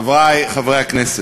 חברי חברי הכנסת,